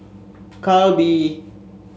calbee